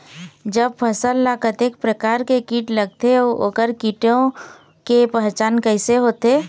जब फसल ला कतेक प्रकार के कीट लगथे अऊ ओकर कीटों के पहचान कैसे होथे?